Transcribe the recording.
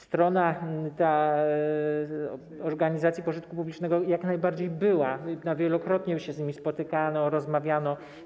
Strona organizacji pożytku publicznego jak najbardziej była, wielokrotnie się z nimi spotykano, rozmawiano.